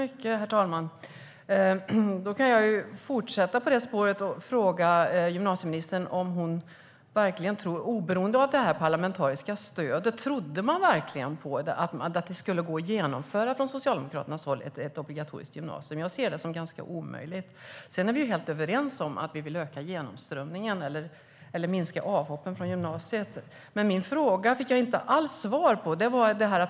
Herr talman! Låt mig fortsätta på det spåret och fråga gymnasieministern: Oberoende av det parlamentariska stödet, trodde Socialdemokraterna verkligen att det skulle gå att införa obligatoriskt gymnasium? Jag ser det som omöjligt. Vi är dock överens om att vilja öka genomströmningen och minska avhoppen från gymnasiet. Jag fick inget svar på min fråga.